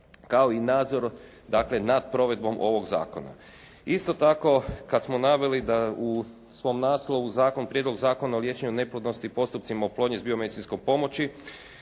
kao i nadzor nad provedbom ovog zakona. Isto tako, kad smo naveli da u svom naslovu Prijedlog zakona o liječenju neplodnosti i postupcima oplodnje s biomedicinskom pomoći